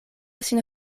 sin